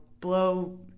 blow